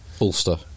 Ulster